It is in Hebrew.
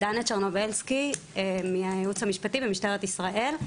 דנה צ'רנובלסקי מהייעוץ המשפטי במשטרת ישראל.